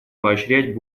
поощрять